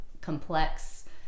complex